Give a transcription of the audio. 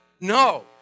No